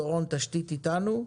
דורון תשתית איתנו פה,